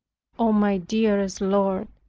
o my dearest lord,